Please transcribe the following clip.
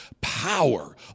power